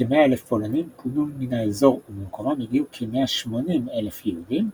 כ-100,000 פולנים פונו מן האזור ובמקומם הגיעו כ-180,000 יהודים,